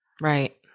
right